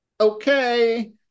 Okay